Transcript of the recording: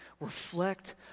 Reflect